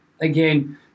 again